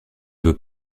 veux